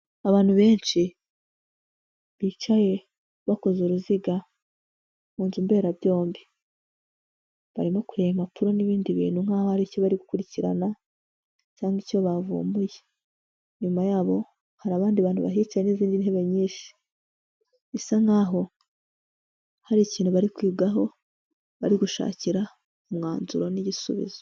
Abantu benshi, bicaye bakoze uruziga mu nzu mberabyombimo, barimo kureba impapuro n'ibindi bintu nk'aho hari gukurikirana, cyangwa icyo bavumbuye, inyuma yabo hari abandi bantu bahicaye n'izindi ntebe nyinshi, bisa nkaho hari ikintu bari kwigaho, bari gushakira umwanzuro n'igisubizo.